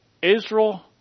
Israel